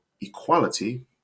equality